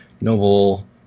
Noble